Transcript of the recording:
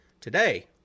today